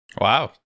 Wow